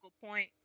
point